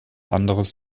anderes